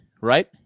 right